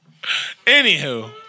Anywho